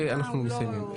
שאלה ואנחנו מתקדמים.